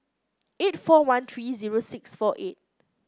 eight four one three zero six four eight